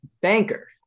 Banker